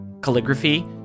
calligraphy